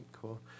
cool